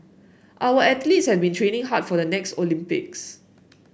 our athletes have been training hard for the next Olympics